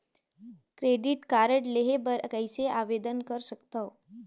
Credit card लेहे बर कइसे आवेदन कर सकथव?